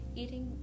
eating